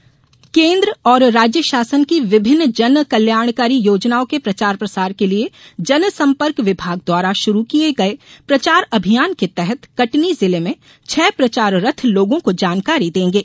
प्रचार अभियान केन्द्र और राज्य शासन की विभिन्न जनकल्याणकारी योजनाओं के प्रचार प्रसार के लिये जनसंपर्क विभाग द्वारा शुरू किये गये प्रचार अभियान के तहत कटनी जिले में छह प्रचार रथ लोगों को जानकारी देंगे